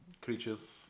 creatures